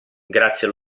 grazie